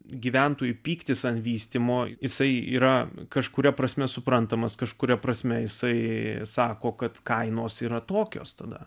gyventojų pyktis ant vystymo jisai yra kažkuria prasme suprantamas kažkuria prasme jisai sako kad kainos yra tokios tada